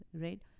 right